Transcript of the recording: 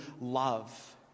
love